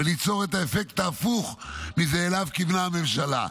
וליצור את האפקט ההפוך מזה שאליו כיוונה הממשלה.